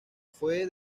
fue